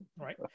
right